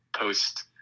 post